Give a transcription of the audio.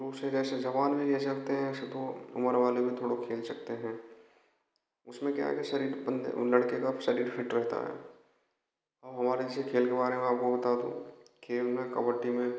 दूसरे जैसे जवान में भी ऐसे रखते हैं ऐसे तो उम्र वाले में थोड़ा खेल सकते हैं उसमें क्या है कि शरीर बंद है वो लड़के का शरीर फिट रहता है और हमारे जैसे खेल के बारे में आपको बता दूँ खेल में कबड्डी में